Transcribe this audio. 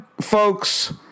folks